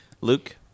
Luke